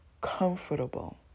comfortable